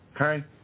Okay